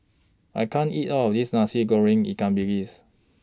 I can't eat All of This Nasi Goreng Ikan Bilis